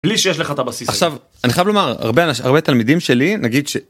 בלי שיש לך את הבסיס. עכשיו אני חייב לומר הרבה הרבה תלמידים שלי נגיד.